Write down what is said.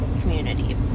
community